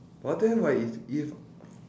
but then right if if